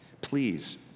Please